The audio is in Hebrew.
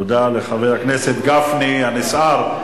תודה לחבר הכנסת גפני הנסער.